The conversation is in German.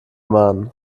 mann